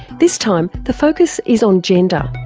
this time the focus is on gender,